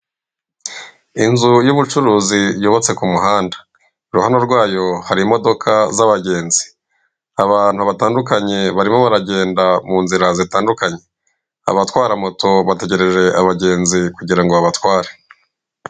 Inzu y'ubucuruzi yubatse ku muhanda, iruhande rwayo hari imodoka z'abagenzi, abantu batandukanye barimo baragenda mu nzira zitandukanye, abatwara moto bategreje abagenzi kugira ngo babatware.